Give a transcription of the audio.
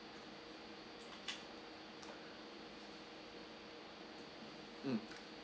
mm